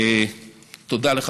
תודה לך,